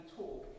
talk